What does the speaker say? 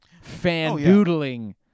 fan-doodling